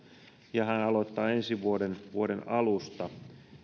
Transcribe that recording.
ja hän aloittaa ensi vuoden vuoden alusta